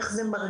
איך זה מרגיש,